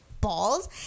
balls